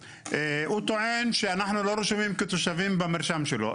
טוען שאנחנו לא רשומים כתושבים במרשם שלו.